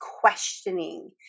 questioning